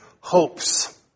hopes